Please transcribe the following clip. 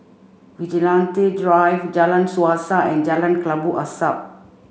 Vigilante Drive Jalan Suasa and Jalan Kelabu Asap